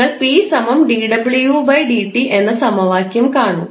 നിങ്ങൾ 𝑝 ≜ 𝑑𝑤𝑑𝑡 എന്ന സമവാക്യം കാണൂ